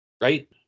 right